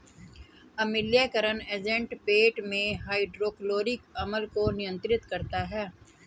अम्लीयकरण एजेंट पेट में हाइड्रोक्लोरिक अम्ल को नियंत्रित करता है